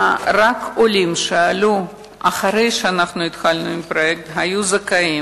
רק עולים שעלו אחרי שהתחלנו בפרויקט היו זכאים.